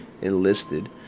enlisted